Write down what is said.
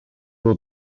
will